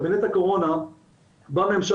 קבינט הקורונה בממשלה,